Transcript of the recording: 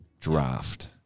draft